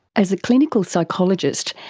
as a clinical psychologist,